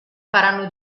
faranno